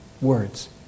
Words